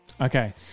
Okay